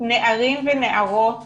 נערים ונערות